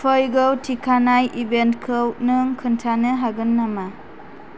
फैगौ थिखानाय इभेन्टखौ नों खोन्थानो हागोन नामा